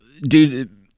dude